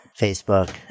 Facebook